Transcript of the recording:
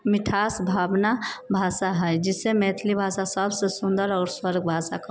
मिठास भावना भाषा है जैसे मैथिली भाषा सबसँ सुन्दर आओर भाषा